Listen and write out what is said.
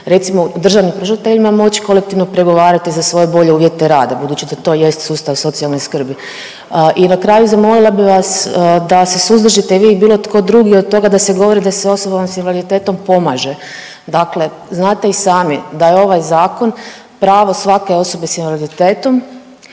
.../Govornik se ne čuje./... moći kolektivno pregovarati za svoje bolje uvjete rada, budući da to je sustav socijalne skrbi. I na kraju, zamolila bih vas da se suzdržite i vi i bilo tko drugi od toga da se govori da se osobama s invaliditetom pomaže. Dakle znate i sami da je ovaj Zakon pravo svake osobe s invaliditetom,